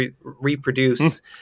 reproduce